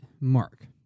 Mark